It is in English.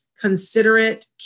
considerate